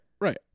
right